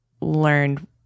learned